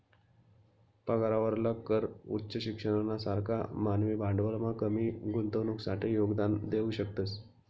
पगारावरला कर उच्च शिक्षणना सारखा मानवी भांडवलमा कमी गुंतवणुकसाठे योगदान देऊ शकतस